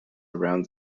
around